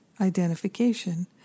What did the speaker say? identification